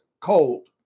cold